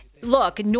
Look